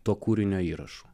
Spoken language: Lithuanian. to kūrinio įrašų